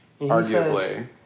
arguably